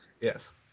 Yes